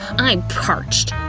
i'm parched.